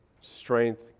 Strength